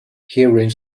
hearing